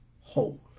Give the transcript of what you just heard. whole